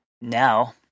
now